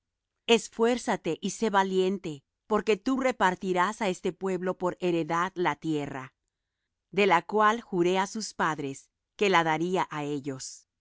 esfuérzate y sé valiente porque tú repartirás á este pueblo por heredad la tierra de la cual juré á sus padres que la daría á ellos